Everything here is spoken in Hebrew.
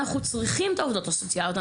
אנחנו צריכים את העובדות הסוציאליות.